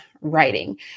writing